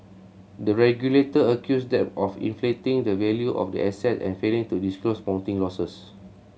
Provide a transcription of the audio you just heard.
the regulator accused them of inflating the value of the asset and failing to disclose mounting losses